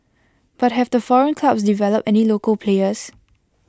but have the foreign clubs developed any local players